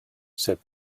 said